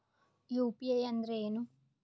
UPI ಅಂದ್ರೆ ಏನು?